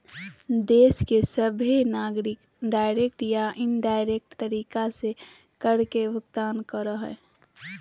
देश के सभहे नागरिक डायरेक्ट या इनडायरेक्ट तरीका से कर के भुगतान करो हय